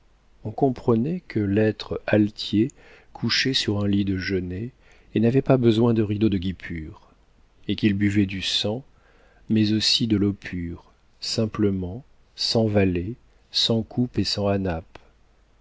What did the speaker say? on comprenait que l'être altier couchait sur un lit de genêt et n'avait pas besoin de rideaux de guipure et qu'il buvait du sang mais aussi de l'eau pure simplement sans valet sans coupe et sans hanap